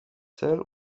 cel